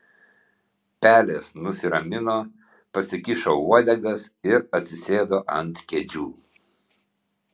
pelės nusiramino pasikišo uodegas ir atsisėdo ant kėdžių